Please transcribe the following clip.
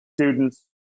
students